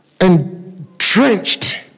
entrenched